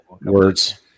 Words